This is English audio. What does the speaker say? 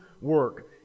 work